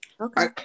Okay